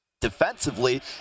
Defensively